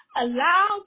Allow